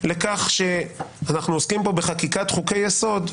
לכך שאנחנו עוסקים פה בחקיקת חוקי יסוד,